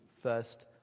first